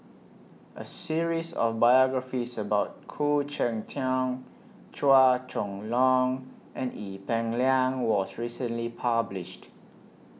A series of biographies about Khoo Cheng Tiong Chua Chong Long and Ee Peng Liang was recently published